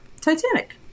Titanic